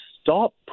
stop